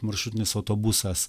maršrutinis autobusas